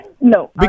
No